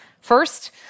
First